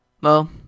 Well